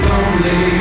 Lonely